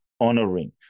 honoring